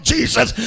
Jesus